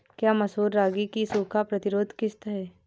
क्या मसूर रागी की सूखा प्रतिरोध किश्त है?